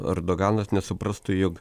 erdoganas nesuprastų jog